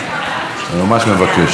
הלילה עוד